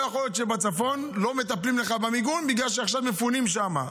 לא יכול שבצפון לא מטפלים לך במיגון בגלל שעכשיו מפונים שם,